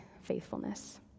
faithfulness